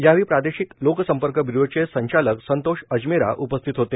यावेळी प्रादेशिक लोकसंपर्क ब्यूरोचे संचालक संतोष अजमेरा उपस्थीत होते